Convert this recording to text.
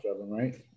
right